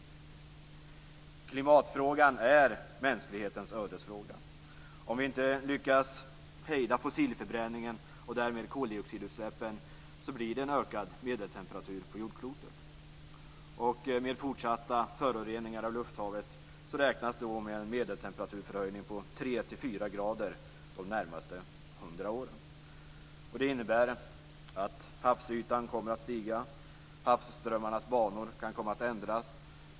Klimatfrågan är mänsklighetens ödesfråga. Om vi inte lyckas hejda fossilförbränningen och därmed koldioxidutsläppen, blir det en ökad medeltemperatur på jordklotet. Med fortsatta föroreningar av lufthavet räknar man med en medeltemperaturförhöjning på 3 4 grader de närmaste hundra åren. Det innebär att havsytan kommer att stiga och att havsströmmarnas banor kan komma att ändras.